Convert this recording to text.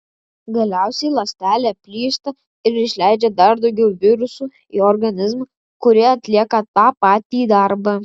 galiausiai ląstelė plyšta ir išleidžia dar daugiau virusų į organizmą kurie atlieka tą patį darbą